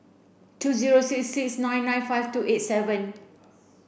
two zero six six nine nine five two eight seven